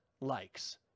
likes